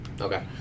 Okay